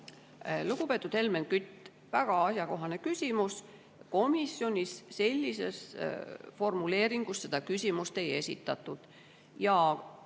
Lugupeetud Helmen Kütt! Väga ajakohane küsimus. Komisjonis sellises formuleeringus seda küsimust ei esitatud.